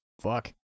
Fuck